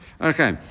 Okay